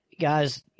guys